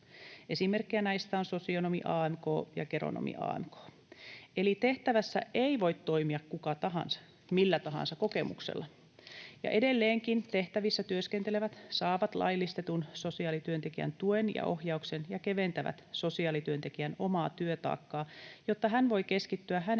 Esimerkkejä näistä on sosionomi (AMK) ja geronomi (AMK). Eli tehtävässä ei voi toimia kuka tahansa millä tahansa kokemuksella. Ja edelleenkin tehtävissä työskentelevät saavat laillistetun sosiaalityöntekijän tuen ja ohjauksen ja keventävät sosiaalityöntekijän omaa työtaakkaa, jotta hän voi keskittyä hänen